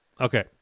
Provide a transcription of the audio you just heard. Okay